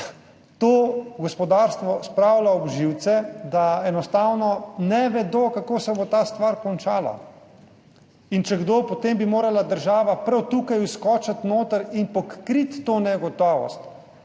To gospodarstvo spravlja ob živce, da enostavno ne vedo, kako se bo ta stvar končala. In če kdo, potem bi morala država prav tukaj vskočiti noter in pokriti to negotovost.